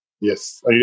Yes